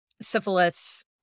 syphilis